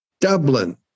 Dublin